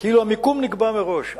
כאילו המקום נקבע מראש.